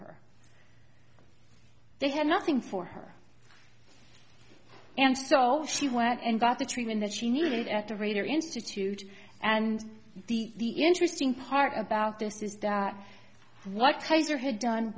her they had nothing for her and so she went in got the treatment that she needed at the raider institute and the interesting part about this is that what tiger had done